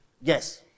Yes